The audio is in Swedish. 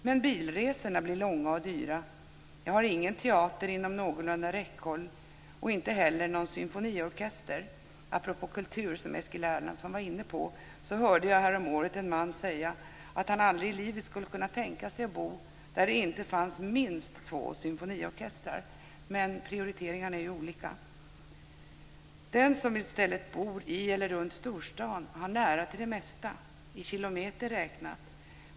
Men bilresorna blir långa och dyra. Jag har ingen teater inom någorlunda räckhåll och inte heller någon symfoniorkester. Apropå kultur, som Eskil Erlandsson var inne på, hörde jag häromåret en man säga att han aldrig i livet skulle kunna tänka sig att bo där det inte fanns minst två symfoniorkestrar. Prioriteringarna är olika. Den som i stället bor i eller runt storstaden har nära till det mesta i kilometer räknat.